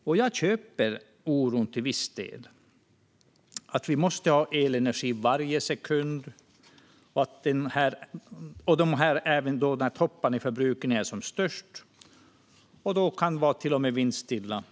Jag köper oron till viss del. Vi måste ha elenergi varje sekund, även när topparna i förbrukning är som högst, och då kan det vara vindstilla.